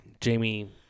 Jamie